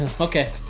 okay